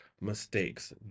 mistakes